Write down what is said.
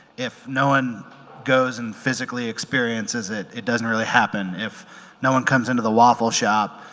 if no one goes and physically experiences it, it doesn't really happen. if no one comes into the waffle shop,